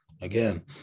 Again